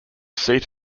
seat